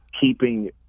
keeping